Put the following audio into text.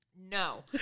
No